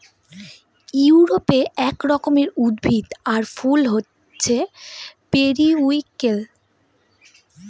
ইউরোপে এক রকমের উদ্ভিদ আর ফুল হছে পেরিউইঙ্কেল